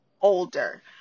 older